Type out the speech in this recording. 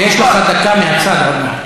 ויש לך דקה מהצד עוד מעט.